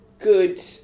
good